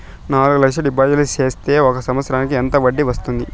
నాలుగు లక్షల డిపాజిట్లు సేస్తే ఒక సంవత్సరానికి ఎంత వడ్డీ వస్తుంది?